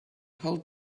whole